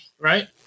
right